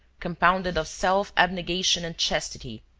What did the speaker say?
compounded of self-abnegation and chastity,